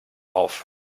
auf